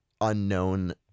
unknown